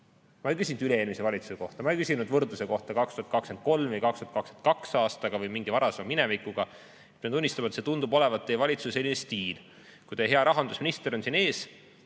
Ma ei küsinud üle-eelmise valitsuse kohta, ma ei küsinud võrdluse kohta 2023. või 2022. aastaga või mingi varasema minevikuga. Pean tunnistama, et see tundub olevat teie valitsuse stiil. Kui teie hea rahandusminister härra